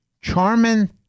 Charmin